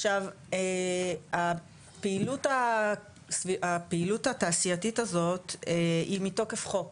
עכשיו הפעילות התעשייתית הזאת היא מתוקף חוק,